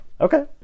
okay